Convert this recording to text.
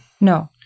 No